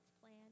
plan